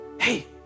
Hey